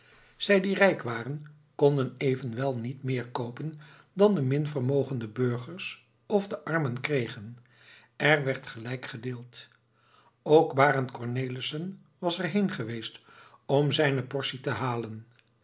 zij die rijk waren konden evenwel niet méér koopen dan de minvermogende burgers of de armen kregen er werd eerlijk gedeeld ook barend cornelissen was er heen geweest om zijne portie te halen